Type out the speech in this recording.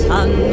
Sun